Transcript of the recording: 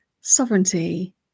Sovereignty